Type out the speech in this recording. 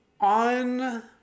On